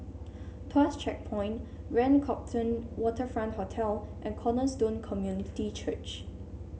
Tuas Checkpoint Grand Copthorne Waterfront Hotel and Cornerstone Community Church